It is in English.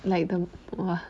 like the !wah!